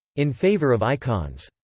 in favor of icons.